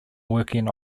working